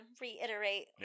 reiterate